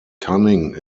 cunning